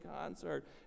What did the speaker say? concert